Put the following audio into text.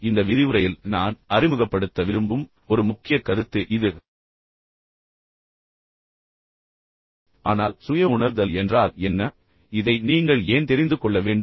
பின்னர் இந்த விரிவுரையில் நான் அறிமுகப்படுத்த விரும்பும் ஒரு முக்கிய கருத்து இது ஆனால் சுய உணர்தல் என்றால் என்ன இதை நீங்கள் ஏன் தெரிந்து கொள்ள வேண்டும்